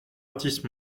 athis